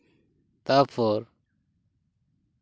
ᱛᱟᱨᱯᱚᱨ